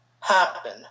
happen